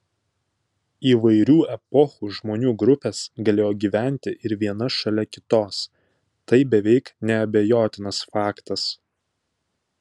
įvairių epochų žmonių grupės galėjo gyventi ir viena šalia kitos tai beveik neabejotinas faktas